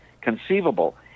conceivable